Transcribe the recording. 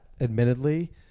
admittedly